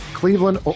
Cleveland